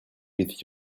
with